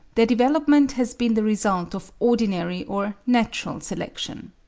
their development has been the result of ordinary or natural selection.